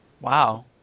Wow